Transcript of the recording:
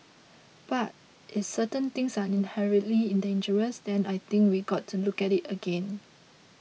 but if certain things are inherently in dangerous then I think we got to look at it again